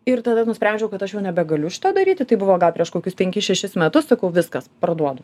ir tada nusprendžiau kad aš jau nebegaliu šito daryti tai buvo gal prieš kokius penkis šešis metus sakau viskas parduodu